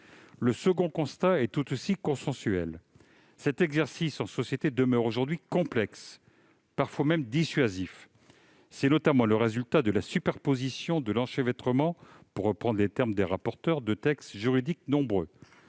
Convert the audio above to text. Le second constat est tout aussi consensuel : cet exercice en société demeure aujourd'hui complexe, parfois même dissuasif. C'est notamment le résultat de la superposition et de l'enchevêtrement, pour reprendre les termes de votre rapporteur, de textes juridiques nombreux.